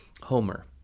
Homer